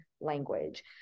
language